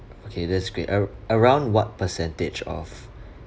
okay that's great ar~ around what percentage of